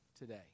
today